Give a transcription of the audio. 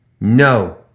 No